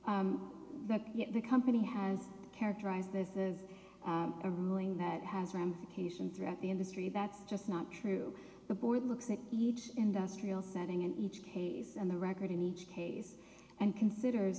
that the company has characterized this as a ruling that has ramifications throughout the industry that's just not true the board looks at huge industrial setting in each case and the record in each case and consider